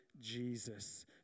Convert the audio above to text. Jesus